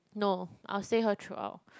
no I'll stay here throughout